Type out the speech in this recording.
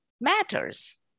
matters